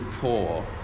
poor